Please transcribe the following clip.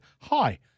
hi